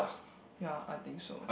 ya I think so